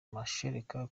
mashereka